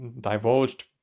divulged